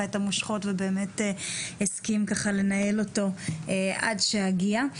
את המושכות ובאמת הסכים לנהל אותו עד שאגיע.